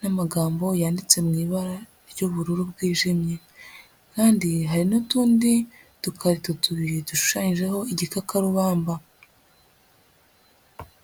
n'amagambo yanditse mu ibara ry'ubururu bwijimye, kandi hari n'utundi dukarito tubiri dushushanyijeho igikakarubamba.